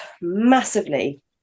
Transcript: massively